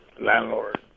Landlord